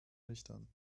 nüchtern